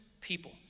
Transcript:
people